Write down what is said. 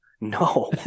No